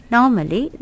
Normally